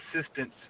assistance